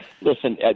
Listen